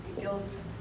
guilt